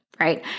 right—